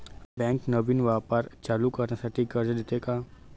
Bank नवीन व्यापार चालू करण्यासाठी कर्ज देते का?